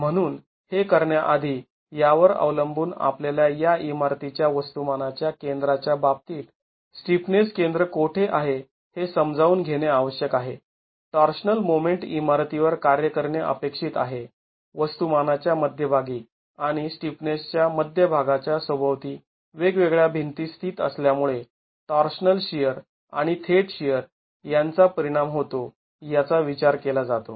म्हणून हे करण्याआधी यावर अवलंबून आपल्याला या इमारतीच्या वस्तुमाना च्या केंद्राच्या बाबतीत स्टिफनेस केंद्र कोठे आहे हे समजावून घेणे आवश्यक आहे टॉर्शनल मोमेंट इमारतीवर कार्य करणे अपेक्षित आहे वस्तुमाना च्या मध्यभागी आणि स्टिफनेसच्या मध्य भागाच्या सभोवती वेगवेगळ्या भिंती स्थित असल्यामुळे टॉर्शनल शिअर आणि थेट शिअर यांचा परिणाम होतो याचा विचार केला जातो